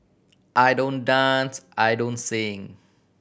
I don't dance I don't sing